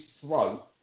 throat